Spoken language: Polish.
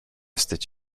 wstydź